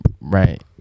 Right